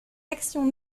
actions